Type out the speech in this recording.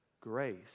grace